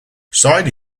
side